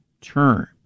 turn